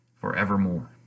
forevermore